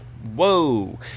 whoa